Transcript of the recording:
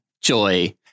Joy